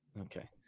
Okay